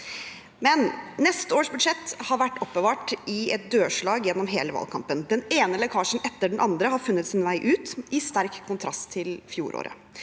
Neste års budsjett har vært oppbevart i et dørslag gjennom hele valgkampen. Den ene lekkasjen etter den andre har funnet sin vei ut – i sterk kontrast til fjoråret.